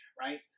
right